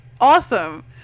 Awesome